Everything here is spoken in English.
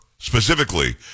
specifically